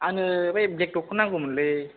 आंनो बै ब्लेक दगखौ नांगौ मोनलै